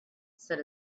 said